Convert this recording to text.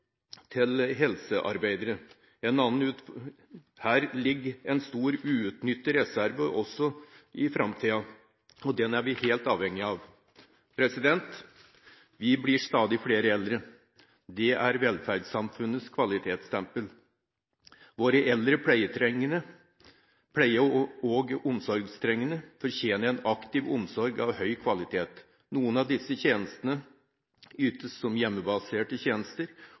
generasjoner helsearbeidere. En annen utfordring ligger i å rekruttere gutter som helsearbeidere. Her ligger det en stor uutnyttet reserve som vi framtida er helt avhengig av. Vi blir stadig flere eldre. Det er velferdssamfunnets kvalitetsstempel. Våre eldre pleie- og omsorgstrengende fortjener en aktiv omsorg av høy kvalitet. Noen av disse tjenestene ytes som hjemmebaserte tjenester,